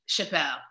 Chappelle